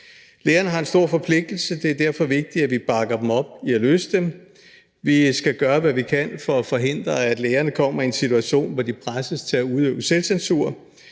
Lærerne har en stor forpligtelse, og det er derfor vigtigt, at vi bakker dem op i at løse problemerne. Vi skal gøre, hvad vi kan for at forhindre, at lærerne kommer i en situation, hvor de presses til at udøve selvcensur.